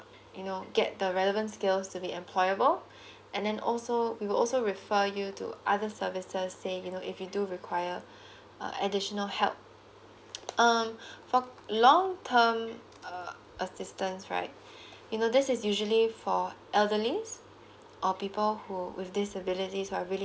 you know get the relevant skills to be employable and then also we will also refer you to other services say you know if you do require uh additional help um for long term uh assistance right you know this is usually for elderlies or people who with disabilities are really